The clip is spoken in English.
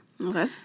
Okay